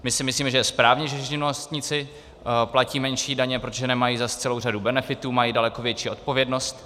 My si myslíme, že je správně, že živnostníci platí menší daně, protože nemají zas celou řadu benefitů, mají daleko větší odpovědnost.